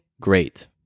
great